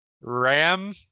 ram